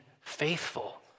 faithful